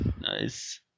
nice